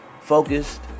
focused